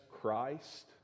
Christ